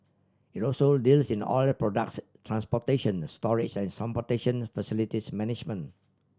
it also deals in oil products transportation storage and facilities management